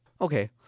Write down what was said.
Okay